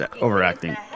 overacting